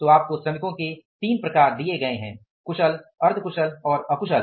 तो आपको श्रमिकों के 3 प्रकार दिए गए हैं कुशल अर्ध कुशल और अकुशल